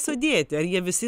sudėti ar jie visi